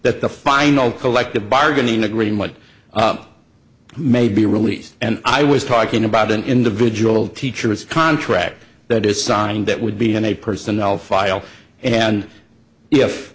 that the final collective bargaining agreement may be released and i was talking about an individual teachers contract that is signed that would be in a personnel file and if